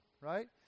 right